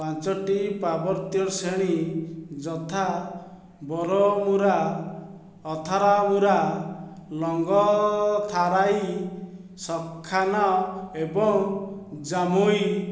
ପାଞ୍ଚଟି ପାର୍ବତ୍ୟ ଶ୍ରେଣୀ ଯଥା ବୋରୋମୁରା ଅଥରାମୁରା ଲଙ୍ଗଥାରାଇ ଶଖାନ ଏବଂ ଜାମୁଇ